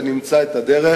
ונמצא את הדרך,